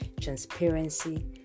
transparency